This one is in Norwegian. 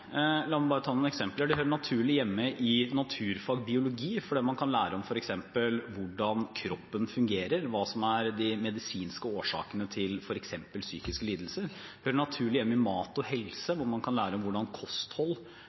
La meg ta noen eksempler: Det hører naturlig hjemme i naturfag og biologi, fordi man kan lære om hvordan kroppen fungerer, hva som er de medisinske årsakene til f.eks. psykiske lidelser. Det hører naturlig hjemme i mat og helse, hvor man kan lære om hvordan kosthold